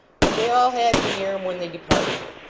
but they all had me near em when they departed.